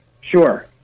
Sure